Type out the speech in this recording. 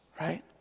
right